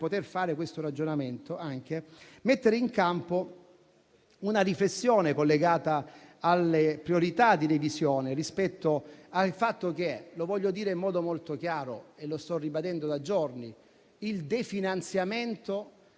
poter fare questo ragionamento, anche mettere in campo una riflessione collegata alle priorità di revisione, rispetto al fatto che - lo voglio dire in modo molto chiaro e lo sto ribadendo da giorni - il definanziamento